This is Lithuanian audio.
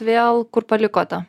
vėl kur palikote